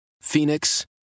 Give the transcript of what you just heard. phoenix